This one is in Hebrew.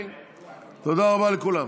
תודה רבה לכולם.